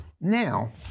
Now